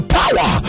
power